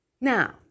Now